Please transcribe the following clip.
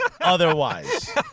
otherwise